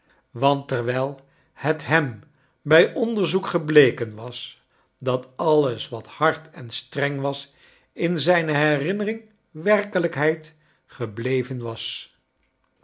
want terwijl het hem bij onderzoek gebleken was dat alles wat hard en streng was in zijne herinnering werkelijkheid gebleven was